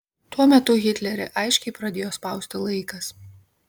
tuo metu hitlerį aiškiai pradėjo spausti laikas